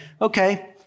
okay